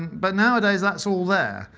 but nowadays, that's all there.